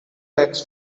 bags